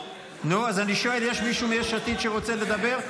נו, אז אני שואל, יש מישהו מיש עתיד שרוצה לדבר?